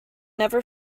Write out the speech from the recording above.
never